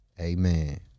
Amen